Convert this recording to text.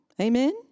Amen